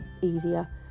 easier